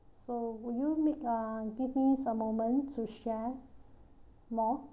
so would you make uh give me some moment to share more